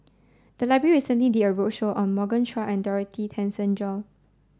the library recently did a roadshow on Morgan Chua and Dorothy Tessensohn